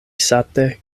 sate